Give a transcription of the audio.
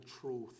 truth